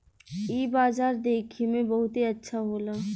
इ बाजार देखे में बहुते अच्छा होला